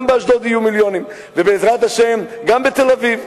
גם באשדוד יהיו מיליונים, ובעזרת השם גם בתל-אביב.